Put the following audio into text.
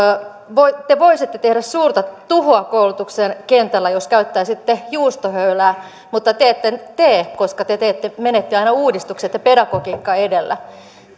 te voisitte tehdä suurta tuhoa koulutuksen kentällä jos käyttäisitte juustohöylää mutta te ette niin tee koska te menette aina uudistukset ja pedagogiikka edellä